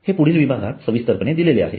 हे पुढील विभागात सविस्तरपणे दिलेले आहे